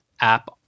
app